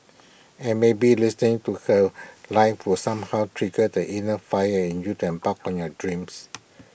and maybe listening to her live will somehow trigger the inner fire in you to embark on your dreams